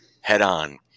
head-on